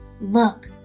Look